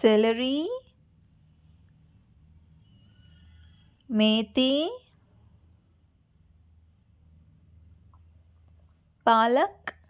salary methi palak